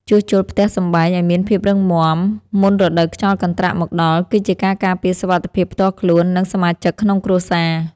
ជួសជុលផ្ទះសម្បែងឱ្យមានភាពរឹងមាំមុនរដូវខ្យល់កន្ត្រាក់មកដល់គឺជាការការពារសុវត្ថិភាពផ្ទាល់ខ្លួន និង សមាជិកក្នុងគ្រួសារ។